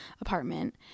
apartment